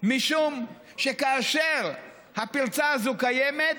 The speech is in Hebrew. משום שכאשר הפרצה הזאת קיימת,